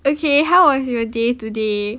okay how your day today